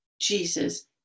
Jesus